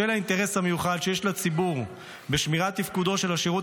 בשל האינטרס המיוחד שיש לציבור בשמירת תפקודו של השירות